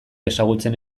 ezagutzen